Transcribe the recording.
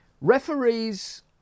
referees